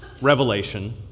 Revelation